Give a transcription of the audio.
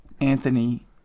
Anthony